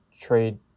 Trade